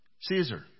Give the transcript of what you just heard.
Caesar